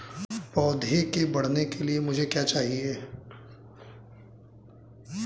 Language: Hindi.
पौधे के बढ़ने के लिए मुझे क्या चाहिए?